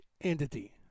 entity